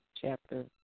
chapter